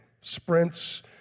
sprints